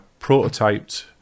prototyped